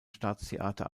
staatstheater